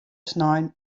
snein